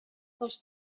dels